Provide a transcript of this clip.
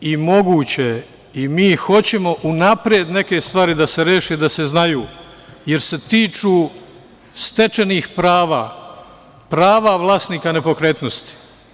Moguće je i mi hoćemo unapred neke stvari da se reše i da se znaju, jer se tiču stečenih prava, prava vlasnika nepokretnosti.